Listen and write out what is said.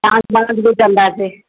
dance ॿांस बि कंदासीं